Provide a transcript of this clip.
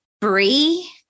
Bree